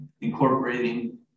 incorporating